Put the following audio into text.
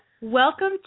welcome